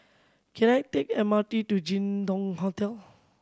can I take M R T to Jin Dong Hotel